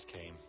came